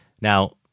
Now